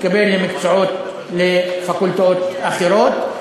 מתקבל למקצועות ולפקולטות אחרות.